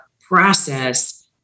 process